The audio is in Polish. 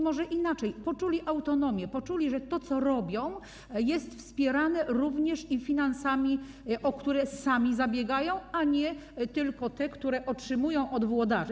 Może inaczej, poczuli autonomię, poczuli, że to, co robią, jest wspierane również finansami, o które sami zabiegają, a nie tylko tymi, które otrzymują od włodarzy.